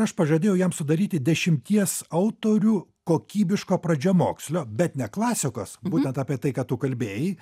aš pažadėjau jam sudaryti dešimties autorių kokybiško pradžiamokslio bet ne klasikos būtent apie tai ką tu kalbėjai